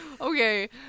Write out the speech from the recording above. Okay